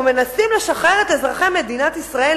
אנחנו מנסים לשחרר את אזרחי מדינת ישראל